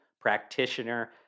practitioner